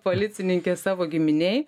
policininkė savo giminėj